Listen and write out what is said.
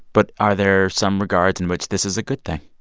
but are there some regards in which this is a good thing?